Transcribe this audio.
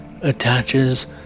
attaches